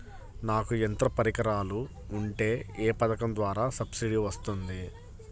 నాకు యంత్ర పరికరాలు ఉంటే ఏ పథకం ద్వారా సబ్సిడీ వస్తుంది?